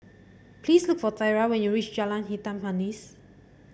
please look for Thyra when you reach Jalan Hitam Manis